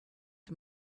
the